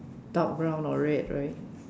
dark brown or red right